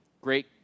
Great